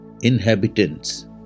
inhabitants